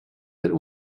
der